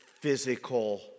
physical